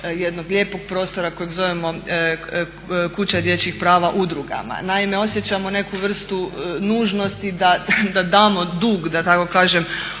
jednog lijepog prostora kojeg zovemo Kuća dječjih prava udrugama. Naime, osjećamo neku vrstu nužnosti da damo dug, da tako kažem